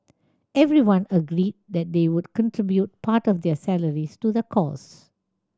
everyone agreed that they would contribute part of their salaries to the causes